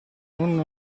non